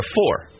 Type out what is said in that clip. four